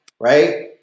right